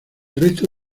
resto